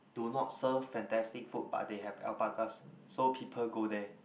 do not serve fantastic food but they have alpacas so people go there